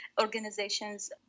organizations